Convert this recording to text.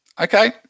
Okay